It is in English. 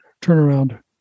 turnaround